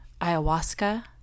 ayahuasca